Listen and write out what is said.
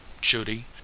Judy